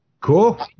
Cool